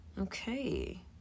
okay